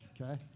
okay